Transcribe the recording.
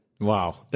Wow